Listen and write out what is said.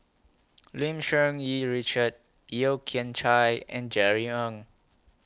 Lim Cherng Yih Richard Yeo Kian Chye and Jerry Ng